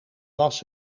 was